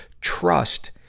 trust